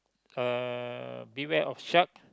uh beware of shark